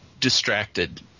distracted